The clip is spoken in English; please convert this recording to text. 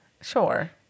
Sure